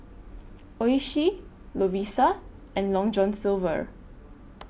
Oishi Lovisa and Long John Silver